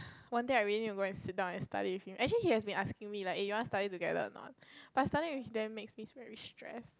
one day I really and go and sit down and study actually he have been asking me like you want study together or not but studying with them makes me very stress